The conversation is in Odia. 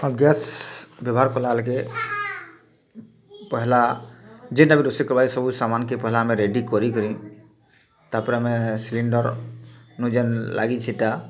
ଆର୍ ଗ୍ୟାସ୍ ବ୍ୟବହାର୍ କଲାବେଲ୍କେ ପହେଲା ଯେନ୍ତା କି ରୋଷେଇ କରିବ ସବୁ ସାମାନ୍ କେ ପହେଲେ ଆମେ ରେଡ଼ି କରି କରି ତାର୍ ପରେ ଆମେ ସିଲିଣ୍ଡର୍ ନୁ ଯେନ୍ ଲାଗିଛି ଏଇଟା